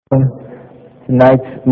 Tonight's